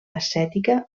ascètica